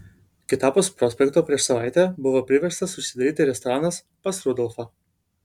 kitapus prospekto prieš savaitę buvo priverstas užsidaryti restoranas pas rudolfą